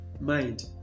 mind